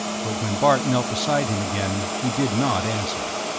but when bart knelt beside him again he did not answer.